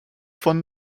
von